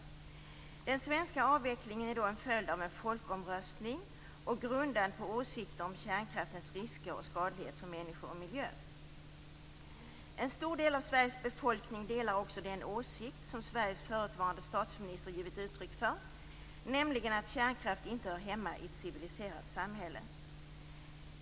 Den svenska avvecklingen är då en följd av en folkomröstning och grundad på åsikter om kärnkraftens risker och skadlighet för människor och miljö. En stor del av Sveriges befolkning delar också den åsikt som Sveriges förutvarande statsminister givit uttryck för, nämligen att kärnkraft inte hör hemma i ett civiliserat samhälle.